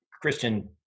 Christian